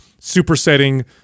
supersetting